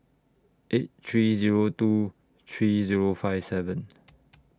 eight three Zero two three Zero five seven